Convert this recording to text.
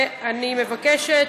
ואני מבקשת